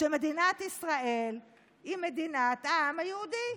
שמדינת ישראל היא מדינת העם היהודי,